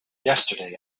yesterday